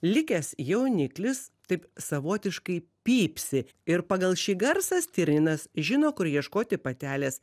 likęs jauniklis taip savotiškai pypsi ir pagal šį garsą stirninas žino kur ieškoti patelės